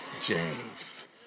James